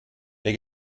der